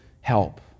help